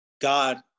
God